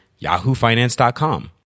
yahoofinance.com